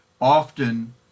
often